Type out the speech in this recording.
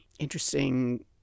Interesting